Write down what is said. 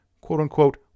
quote-unquote